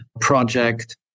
project